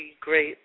great